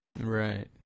right